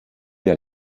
der